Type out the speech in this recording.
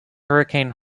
hurricane